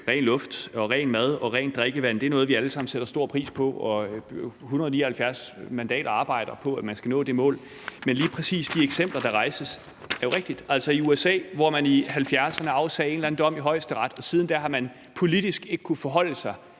ren luft og ren mad og rent drikkevand. Det er noget, vi alle sammen sætter stor pris på, og 179 mandater arbejder på, at man skal nå det mål. Men lige præcis de eksempler, der rejses, er jo rigtige. I USA afsagde man i 1970'erne en eller anden dom i højesteret, og siden da har man politisk ikke kunnet forholde sig